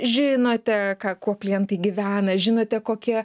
žinote ką kuo klientai gyvena žinote kokie